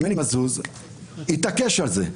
מני מזוז התעקש על זה.